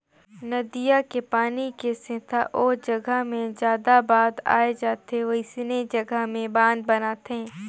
नदिया के पानी के सेथा ओ जघा मे जादा बाद आए जाथे वोइसने जघा में बांध बनाथे